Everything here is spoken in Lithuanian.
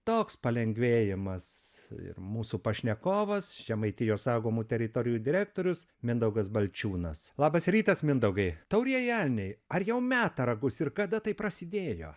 toks palengvėjimas ir mūsų pašnekovas žemaitijos saugomų teritorijų direktorius mindaugas balčiūnas labas rytas mindaugai taurieji elniai ar jau meta ragus ir kada tai prasidėjo